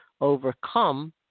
overcome